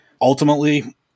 Ultimately